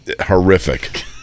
horrific